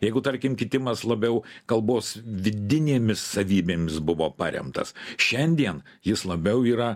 jeigu tarkim kitimas labiau kalbos vidinėmis savybėmis buvo paremtas šiandien jis labiau yra